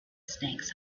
snakes